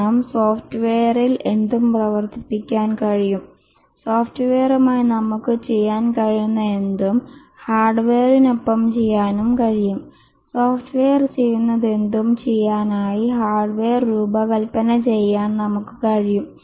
കാരണം സോഫ്റ്റ്വെയറിൽ എന്തും പ്രവർത്തിപ്പിക്കാൻ കഴിയും സോഫ്റ്റ്വെയറുമായി നമുക്ക് ചെയ്യാൻ കഴിയുന്ന എന്തും ഹാർഡ്വെയറിനൊപ്പം ചെയ്യാനും കഴിയും സോഫ്റ്റ്വെയർ ചെയ്യുന്നതെന്തും ചെയ്യാൻ ആയി ഹാർഡ്വെയർ രൂപകൽപ്പന ചെയ്യാൻ നമുക്ക് കഴിയും